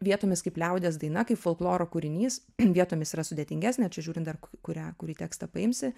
vietomis kaip liaudies daina kaip folkloro kūrinys vietomis yra sudėtingesnė žiūrint dar kurią kurį tekstą paimsi